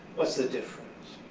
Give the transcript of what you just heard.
what's the difference?